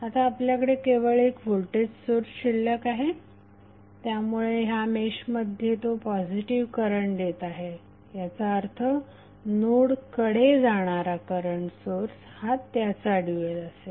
आता आपल्याकडे केवळ एक व्होल्टेज सोर्स शिल्लक आहे त्यामुळे ह्या मेशमध्ये तो पॉझिटिव्ह करंट देत आहे याचा अर्थ नोडकडे जाणारा करंट सोर्स हा त्याचा ड्यूएल असेल